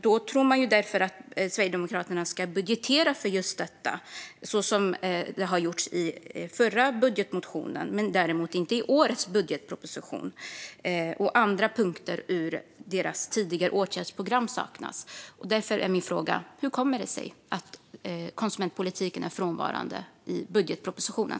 Då tror man att Sverigedemokraterna ska budgetera för just detta, såsom de gjorde i den tidigare budgetmotionen. Men det görs inte i årets budgetproposition. Även andra punkter ur Sverigedemokraternas tidigare åtgärdsprogram saknas. Därför är min fråga: Hur kommer det sig att konsumentpolitiken är frånvarande i budgetpropositionen?